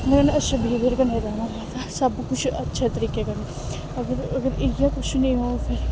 उं'दे कन्नै अच्छे बिहेबीयर कन्नै रैह्ना बौह्ना सब कुछ अच्छे तरीके कन्नै अगर अगर इ'यै कुछ नेईं होग फिर